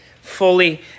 fully